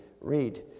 read